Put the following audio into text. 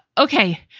ok,